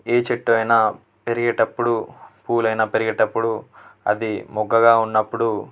ఏ చెట్టు అయినా పెరిగేటప్పుడు ఫూలు అయిన పెరిగేటప్పుడు అది మొగ్గగా ఉన్నప్పుడు